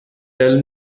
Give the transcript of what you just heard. tell